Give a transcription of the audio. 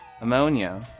ammonia